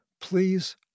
Please